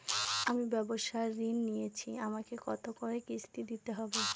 আমি ব্যবসার ঋণ নিয়েছি আমাকে কত করে কিস্তি দিতে হবে?